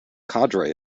cadre